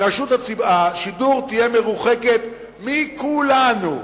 רשות השידור תהיה מרוחקת מכולנו,